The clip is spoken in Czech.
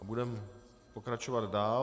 Budeme pokračovat dál.